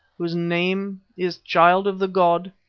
whose name is child of the god,